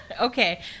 Okay